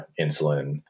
insulin